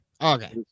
Okay